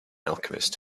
alchemist